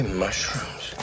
mushrooms